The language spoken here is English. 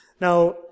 Now